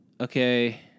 okay